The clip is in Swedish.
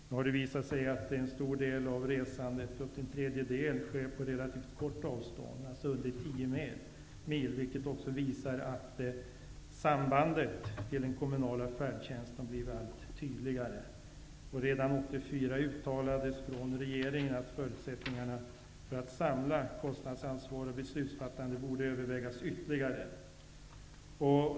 Det har nu visat sig att en stor del av resandet -- ungefär en tredjedel -- utgörs av relativt korta resor, alltså resor under 10 mil, vilket visar att sambandet med den kommunala färdtjänsten har blivit allt tydligare. Redan 1984 uttalades det från regeringen att förutsättningarna för att samla kostnadsansvar och beslutsfattande borde övervägas ytterligare.